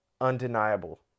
undeniable